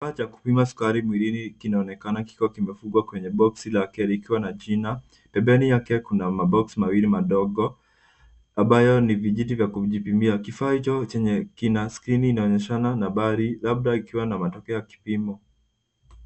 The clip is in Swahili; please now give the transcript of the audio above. Kifaa cha kupima sukari mwilini kinaonekana kikiwa kimefungwa kwenye boksi lake likiwa na jina. Pembeni yake kuna maboksi mawili madogo ambayo ni vijiti vya kujipimia. Kifaa hicho kina skrini inaonyeshana nambari labda ikiwa na matokeo ya kipimo.